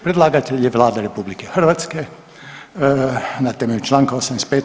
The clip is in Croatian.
Predlagatelj je Vlada RH na temelju čl. 85.